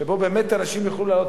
שבו באמת אנשים יוכלו להעלות,